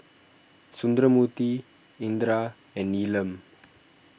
Sundramoorthy Indira and Neelam